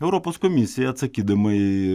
europos komisija atsakydama į